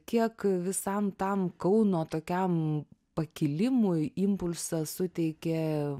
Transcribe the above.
kiek visam tam kauno tokiam pakilimui impulsą suteikė